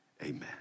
amen